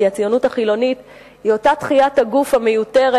כי הציונות החילונית היא אותה תחיית הגוף המיותרת,